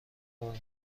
کار